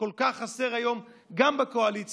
שכל כך חסר היום גם בקואליציה.